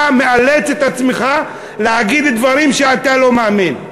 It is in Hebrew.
אתה מאלץ את עצמך להגיד דברים שאתה לא מאמין.